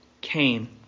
came